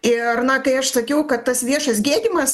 ir na kai aš sakiau kad tas viešas gėdymas